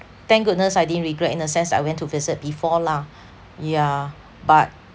thank goodness I didn't regret in a sense that I went to visit before lah yeah but